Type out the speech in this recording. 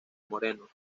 moreno